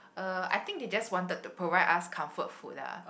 uh I think they just wanted to provide us comfort food lah